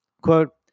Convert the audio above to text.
Quote